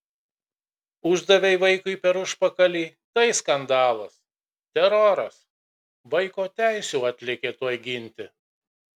uždavei vaikui per užpakalį tai skandalas teroras vaiko teisių atlėkė tuoj ginti